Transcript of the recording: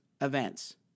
events